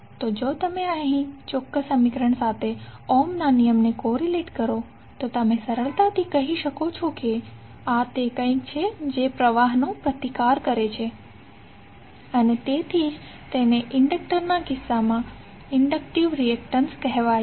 તો જો તમે આ ચોક્કસ સમીકરણ સાથે ઓહમના નિયમને કોરીલેટ કરો તો તમે સરળતાથી કહી શકો છો કે આ તે કંઈક છે જે પ્રવાહનો પ્રતિકાર કરે છે અને તેથી જ તેને ઇન્ડક્ટરના કિસ્સામાં ઇન્ડકટીવ રિએક્ટન્સ કહેવાય છે